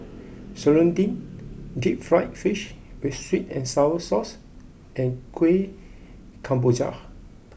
Serunding Deep Fried Fish with Sweet and Sour Sauce and Kueh Kemboja